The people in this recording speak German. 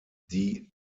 die